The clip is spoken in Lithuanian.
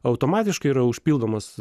automatiškai yra užpildomos